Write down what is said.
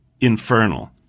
infernal